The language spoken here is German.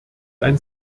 ein